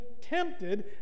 tempted